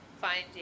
finding